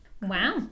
wow